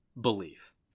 belief